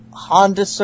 Honda